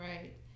right